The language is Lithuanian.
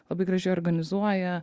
labai gražiai organizuoja